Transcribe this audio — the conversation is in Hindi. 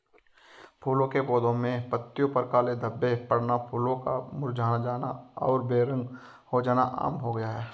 फूलों के पौधे में पत्तियों पर काले धब्बे पड़ना, फूलों का मुरझा जाना और बेरंग हो जाना आम हो गया है